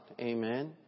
Amen